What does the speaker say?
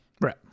Right